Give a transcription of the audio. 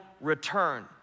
return